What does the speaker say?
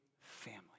family